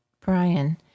Brian